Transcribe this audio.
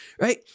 right